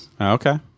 okay